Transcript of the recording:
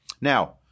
Now